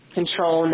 control